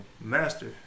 Master